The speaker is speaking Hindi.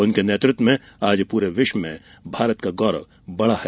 उनके नेतृत्व में आज पूरे विश्व में भारत का गौरव बढ़ा है